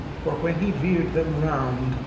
for when he veered them round,